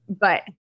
But-